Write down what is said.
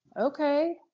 Okay